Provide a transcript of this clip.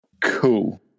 Cool